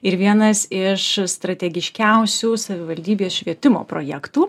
ir vienas iš strategiškiausių savivaldybės švietimo projektų